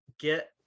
get